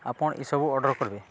ଆପଣ ଇସବୁ ଅର୍ଡ଼ର୍ କର୍ବେ